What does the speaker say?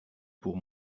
pour